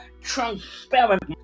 transparent